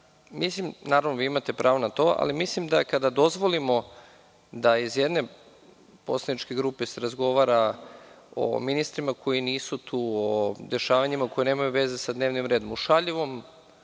ovoga, naravno, vi imate pravo na to, ali mislim da kada dozvolimo da se iz jedne poslaničke grupe razgovara o ministrima koji nisu tu, o dešavanjima koja nemaju veze sa dnevnim redom, u šaljivom,